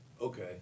Okay